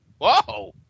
whoa